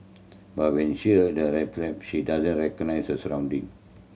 but when she had a she doesn't recognise her surrounding